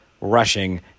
rushing